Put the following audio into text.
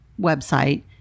website